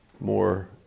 more